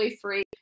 free